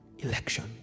Election